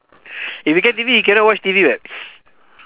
if you become T_V you cannot watch T_V [what]